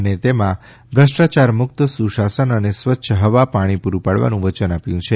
અને તેમાં ભ્રષ્ટાયારમુક્ત સુશાસન અને સ્વચ્છ હવા પાણી પૂરું પાડવાનું વયન આપ્યું છે